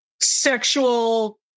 sexual